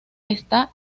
está